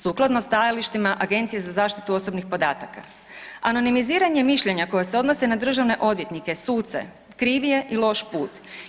Sukladno stajalištima Agencije za zaštitu osobnih podataka, anonimiziranje mišljenja koje se odnosi na državne odvjetnike, suce, kriv je i loš put.